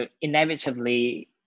inevitably